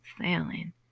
sailing